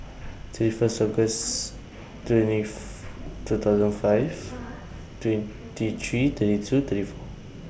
thirty First August twentieth two thousand five twenty three thirty two thirty four